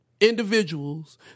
individuals